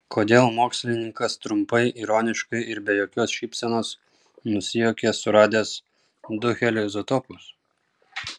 kodėl mokslininkas trumpai ironiškai ir be jokios šypsenos nusijuokė suradęs du helio izotopus